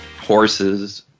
horses